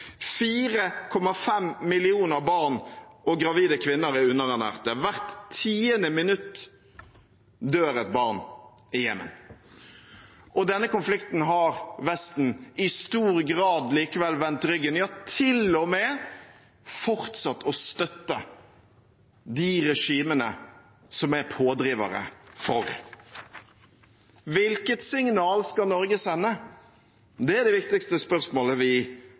4,5 millioner barn og gravide kvinner er underernærte. Hvert tiende minutt dør et barn i Jemen. Denne konflikten har Vesten i stor grad likevel vendt ryggen – ja, til og med fortsatt å støtte de regimene som er pådrivere for den. Hvilket signal skal Norge sende? Det er det viktigste spørsmålet vi